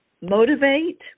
motivate